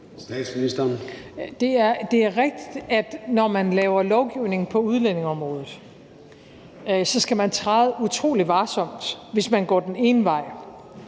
Det er rigtigt, at når man laver lovgivning på udlændingeområdet, skal man træde utrolig varsomt, hvis man går den ene vej.